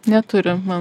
neturi man